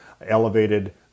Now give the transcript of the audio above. elevated